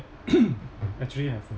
actually have uh